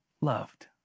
loved